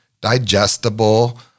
digestible